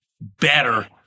better